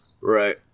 Right